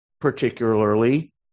particularly